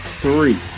three